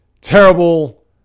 Terrible